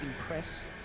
impress